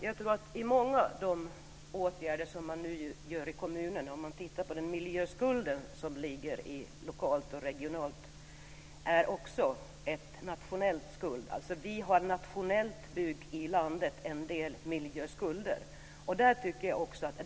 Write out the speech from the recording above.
Herr talman! Den miljöskuld som ligger lokalt och regionalt är också en nationell skuld. Vi har nationellt ute i landet en del miljöskulder.